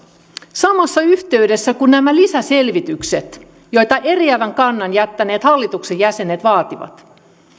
samassa yhteydessä kun tulivat nämä lisäselvitykset joita eriävän kannan jättäneet hallituksen jäsenet vaativat